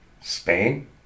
Spain